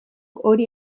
hori